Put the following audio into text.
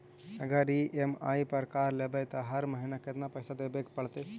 अगर ई.एम.आई पर कार लेबै त हर महिना केतना पैसा देबे पड़तै?